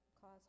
cause